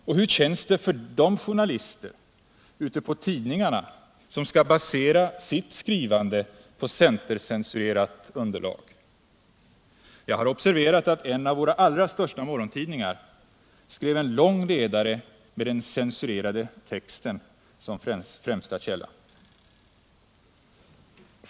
Och hur känns det för de journalister ute på tidningarna som skall basera sitt skrivande på centercensurerat underlag? Jag har observerat att en av våra allra största morgontidningar skrev en lång ledare med den censurerade texten som främsta källa.